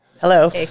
Hello